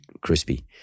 crispy